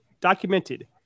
documented